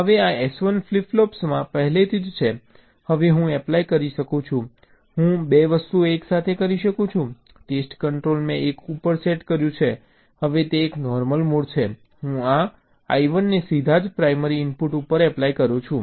હવે આ S1 flip ફ્લોપ્સમાં પહેલેથી જ છે હવે હું એપ્લાય કરી શકું છું હું 2 વસ્તુઓ એકસાથે કરી શકું છું ટેસ્ટ કંટ્રોલ મેં 1 ઉપર સેટ કર્યું છે હવે તે એક નોર્મલ મોડ છે હું આ I1ને સીધા જ પ્રાઇમરી ઇનપુટ ઉપર એપ્લાય કરું છું